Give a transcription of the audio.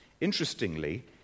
Interestingly